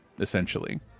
Essentially